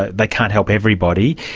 ah they can't help everybody.